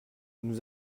nous